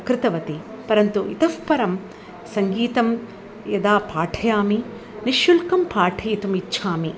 कृतवती परन्तु इतःपरं सङ्गीतं यदा पाठयामि निश्शुल्कं पाठयितुम् इच्छामि